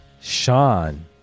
Sean